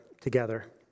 together